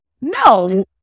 no